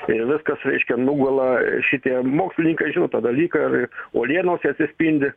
kai viskas reiškia nuogula šitie mokslininkai žino tą dalyką ir uolienose atsispindi